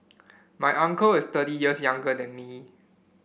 my uncle is thirty years younger than me